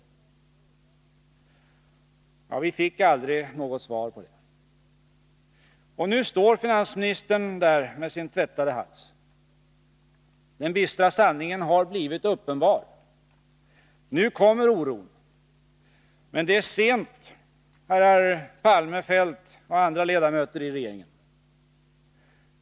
Vi fick aldrig något svar på detta. Nu står finansministern där med sin tvättade hals. Den bistra sanningen har blivit uppenbar. Nu kommer oron. Men det är sent, herrar Palme och Feldt och andra ledamöter av regeringen.